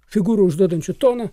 figūrų užduodančių toną